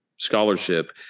scholarship